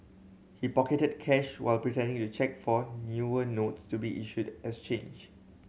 he pocketed cash while pretending to check for newer notes to be issued as change